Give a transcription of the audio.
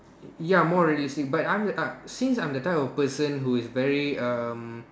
ya more realistic but I'm the uh since I'm the type of person who is very um